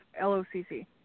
L-O-C-C